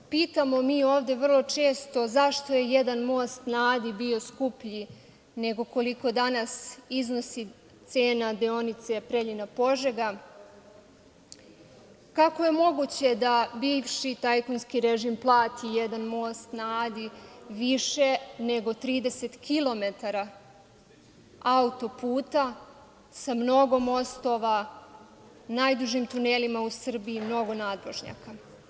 Pitamo mi ovde vrlo često zašto je jedan most na Adi bio skuplji nego koliko danas iznosi cena deonice Preljina-Požega i kako je moguće da bivši tajkunski režim plati jedan Most na Adi više nego 30 km auto-puta sa mnogo mostova, najdužim tunelima u Srbiji, mnogo nadvožnjaka?